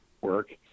work